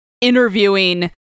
interviewing